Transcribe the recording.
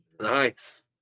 nice